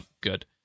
good